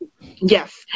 Yes